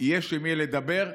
יש עם מי לדבר.